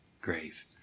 grave